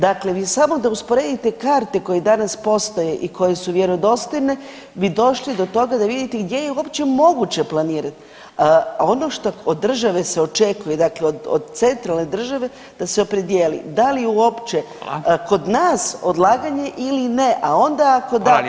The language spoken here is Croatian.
Dakle, vi samo onda usporedite karte koje danas postoje i koje su vjerodostojne bi došli do toga da vidite gdje je uopće moguće planirati, a ono što od države se očekuje, dakle od centralne države da se opredijeli da li uopće kod nas odlaganje ili ne, a onda ako da kako.